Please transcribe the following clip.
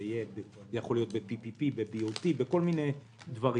זה יכול להיות PPP ו-BOT וכל מיני דברים.